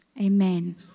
Amen